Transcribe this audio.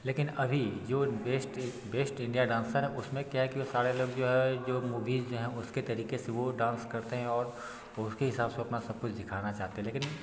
लेकिन अभी जो बेस्ट बेस्ट इंडिया डांसर है उसमें क्या है कि सारे लोग जो है जो मूवीज़ हैं उसके तरीके से वह डांस करते हैं और उसके हिसाब से अपना सब कुछ दिखाना चाहते हैं लेकिन